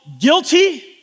guilty